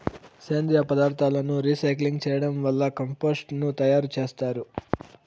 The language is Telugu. సేంద్రీయ పదార్థాలను రీసైక్లింగ్ చేయడం వల్ల కంపోస్టు ను తయారు చేత్తారు